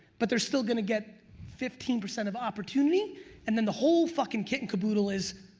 but they're still gonna get fifteen percent of opportunity and then the whole fuckin' kit and caboodle is,